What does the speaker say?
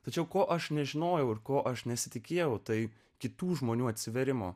tačiau ko aš nežinojau ir ko aš nesitikėjau tai kitų žmonių atsivėrimo